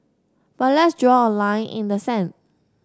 but let's draw a line in the sand